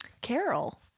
carol